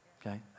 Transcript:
Okay